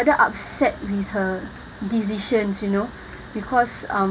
upset with her decisions you know because um